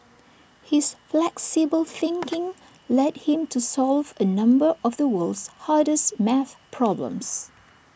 his flexible thinking led him to solve A number of the world's hardest math problems